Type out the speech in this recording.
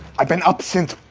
i've been up since